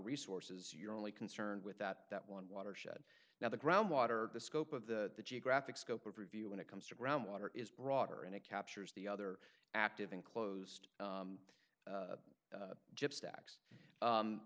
resources you're only concerned with that that one watershed now the groundwater the scope of the geographic scope of review when it comes to groundwater is broader and it captures the other active enclosed